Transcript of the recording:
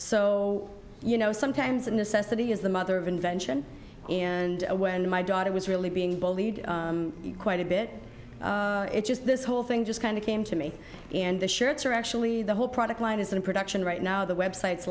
so you know sometimes a necessity is the mother of invention and when my daughter was really being bullied quite a bit it just this whole thing just kind of came to me and the shirts are actually the whole product line is in production right now the websites